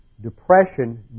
Depression